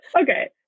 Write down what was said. Okay